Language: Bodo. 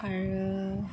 आरो